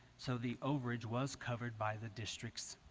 so the overage was covered by the district's